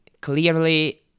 clearly